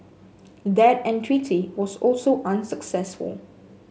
that entreaty was also unsuccessful